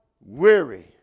weary